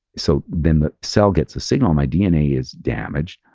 so then the cell gets a signal, my dna is damaged.